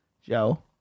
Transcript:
Joe